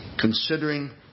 considering